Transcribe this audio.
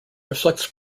reflects